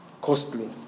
Costly